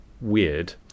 weird